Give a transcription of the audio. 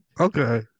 Okay